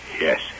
Yes